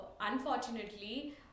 unfortunately